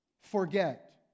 forget